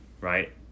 right